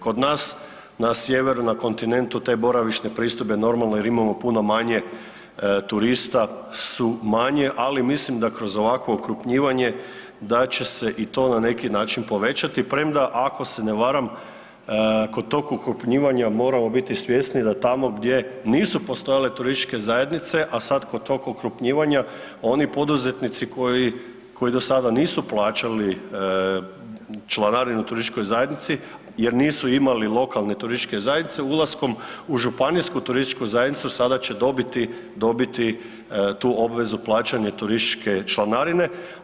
Kod nas na sjeveru, na kontinentu te boravišne pristojbe normalno jer imamo puno manje turista su manje, ali mislim da kroz ovakvo okrupnjivanje da će se i to na neki način povećati premda, ako se ne varam, kod tog okrupnjivanja moramo biti svjesni da tamo gdje nisu postojale turističke zajednice, a sad kod tog okrupnjivanja oni poduzetnici koji, koji do sada nisu plaćali članarinu turističkoj zajednici jer nisu imali lokalne turističke zajednice, ulaskom u županijsku turističku zajednicu sada će dobiti, dobiti tu obvezu plaćanja turističke članarine.